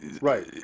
right